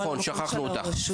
נכון, שכחנו אותך.